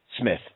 Smith